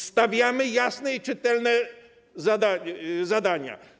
Stawiamy jasne i czytelne żądania.